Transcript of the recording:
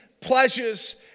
pleasures